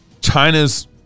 China's